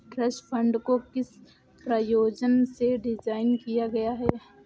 Trust fund को किस प्रयोजन से डिज़ाइन किया गया है?